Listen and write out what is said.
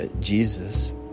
Jesus